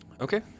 Okay